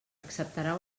acceptarà